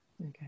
Okay